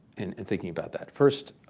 in and thinking about that. first,